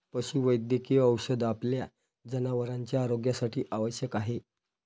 पशुवैद्यकीय औषध आपल्या जनावरांच्या आरोग्यासाठी आवश्यक आहे